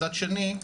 מצד שני,